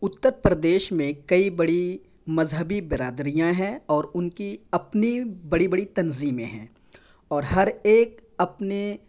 اتر پردیش میں کئی بڑی مذہبی برادریاں ہیں اور ان کی اپنی بڑی بڑی تنظیمیں ہیں اور ہر ایک اپنے